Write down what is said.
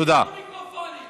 לשירותי חינוך לבריאות.